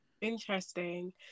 interesting